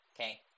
okay